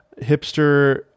hipster